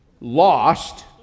lost